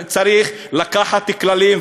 צריך לקבוע כללים,